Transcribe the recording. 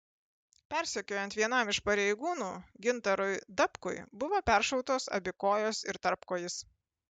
persekiojant vienam iš pareigūnų gintarui dabkui buvo peršautos abi kojos ir tarpkojis